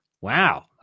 Wow